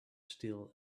still